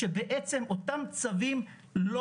שאותם צווים לא